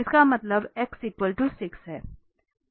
इसका मतलब x 6 है